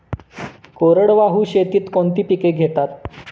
कोरडवाहू शेतीत कोणती पिके घेतात?